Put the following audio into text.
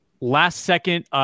last-second